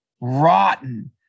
rotten